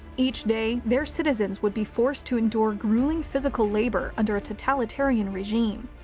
each day their citizens would be forced to endure gruelling physical labor under a totalitarian regime,